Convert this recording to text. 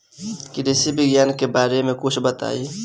कृषि विज्ञान के बारे में कुछ बताई